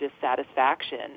dissatisfaction